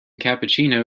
cappuccino